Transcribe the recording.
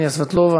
רגע,